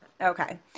Okay